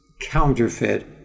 counterfeit